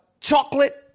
chocolate